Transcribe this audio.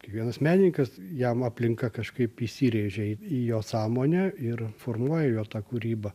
kiekvienas menininkas jam aplinka kažkaip įsirėžia į į jo sąmonę ir formuoja jo tą kūrybą